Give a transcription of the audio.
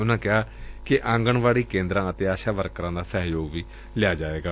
ਉਨ੍ਨਾਂ ਕਿਹਾ ਕਿ ਆਂਗਣਵਾਤੀ ਕੇਦਰਾਂ ਅਤੇ ਆਸ਼ਾ ਵਰਕਰਾਂ ਦਾ ਸਹਿਯੋਗ ਵੀ ਲਿਆ ਜਾਏਗਾ